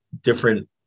different